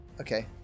okay